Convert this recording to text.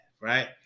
right